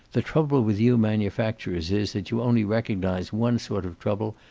the trouble with you manufacturers is that you only recognize one sort of trouble,